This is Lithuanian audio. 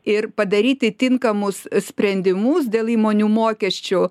ir padaryti tinkamus sprendimus dėl įmonių mokesčių